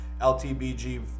LTBG